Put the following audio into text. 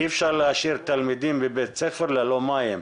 אי אפשר להשאיר תלמידים בבית ספר ללא מים.